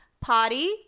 potty